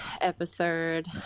episode